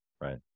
right